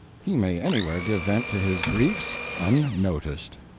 he may anywhere give vent to his griefs, unnoticed.